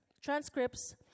transcripts